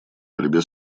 борьбе